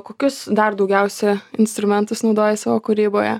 kokius dar daugiausia instrumentus naudoji savo kūryboje